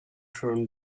turn